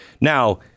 Now